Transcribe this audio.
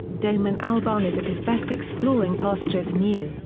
damon albarn is at his best exploring pastures new,